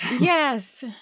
Yes